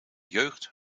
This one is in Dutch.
jeugd